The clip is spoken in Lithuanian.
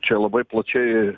čia labai plačiai